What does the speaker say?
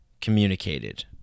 communicated